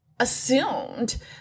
assumed